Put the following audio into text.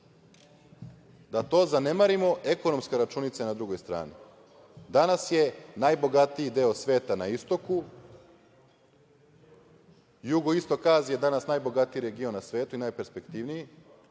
da to ne zanemarimo, ekonomska računica na drugoj strani. Danas je najbogatiji deo sveta na istoku, jugoistok Azije danas najbogatiji region na svetu i najperspektivniji,